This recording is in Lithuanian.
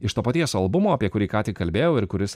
iš to paties albumo apie kurį ką tik kalbėjau ir kuris